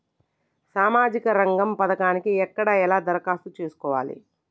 సామాజిక రంగం పథకానికి ఎక్కడ ఎలా దరఖాస్తు చేసుకోవాలి?